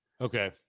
Okay